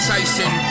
Tyson